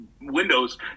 windows